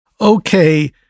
okay